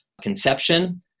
conception